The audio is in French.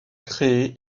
créé